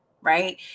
right